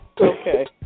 Okay